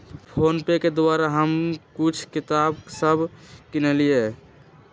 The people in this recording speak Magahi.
फोनपे के द्वारा हम कुछ किताप सभ किनलियइ